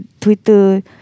Twitter